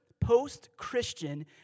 post-Christian